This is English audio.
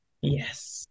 Yes